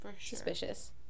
suspicious